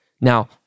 Now